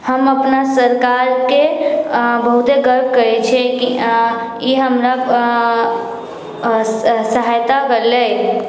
हम अपना सरकारके बहुते गर्व करैत छिऐ कि ई हमरा स सहायता करलै